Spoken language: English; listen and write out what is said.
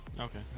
Okay